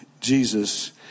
Jesus